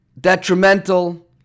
detrimental